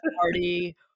party